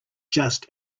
just